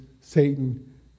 Satan